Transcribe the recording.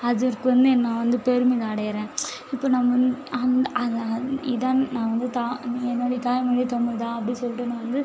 அதுக்கு வந்து நான் வந்து பெருமிதம் அடையிறேன் இப்போ நம் வந் அதை இதைன்னு நான் வந்து தா என்னுடைய தாய் மொழி தமிழ் தான் அப்படின்னு சொல்லிட்டு நான் வந்து